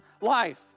life